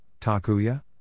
Takuya